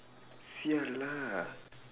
sia lah